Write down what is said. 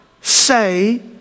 say